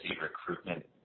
recruitment